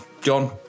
John